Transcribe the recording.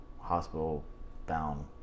hospital-bound